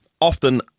often